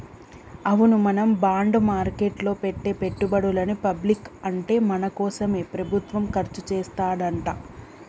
అవును మనం బాండ్ మార్కెట్లో పెట్టే పెట్టుబడులని పబ్లిక్ అంటే మన కోసమే ప్రభుత్వం ఖర్చు చేస్తాడంట